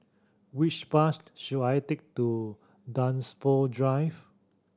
which bus should I take to Dunsfold Drive